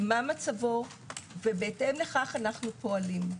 מה מצבו, ובהתאם לכך אנו פועלים.